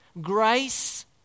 grace